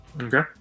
Okay